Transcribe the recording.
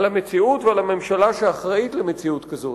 על המציאות ועל הממשלה שאחראית למציאות כזאת.